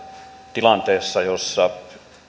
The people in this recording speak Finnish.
tilanteessa jossa